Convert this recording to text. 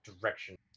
direction